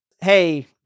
Hey